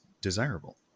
desirable